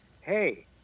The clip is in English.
hey